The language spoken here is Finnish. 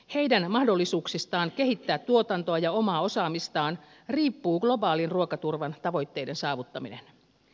heidän mahdollisuuksistaan kehittää tuotantoa ja omaa osaamistaan riippuu globaalin ruokaturvan tavoitteiden saavuttaminen